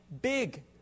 big